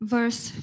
Verse